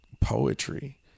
poetry